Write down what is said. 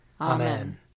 Amen